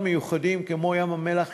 אנחנו נכונים למשא-ומתן אתך.